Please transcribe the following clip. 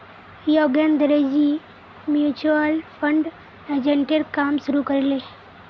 योगेंद्रजी mutual fund एजेंटेर काम शुरू कर ले